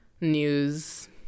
news